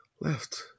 left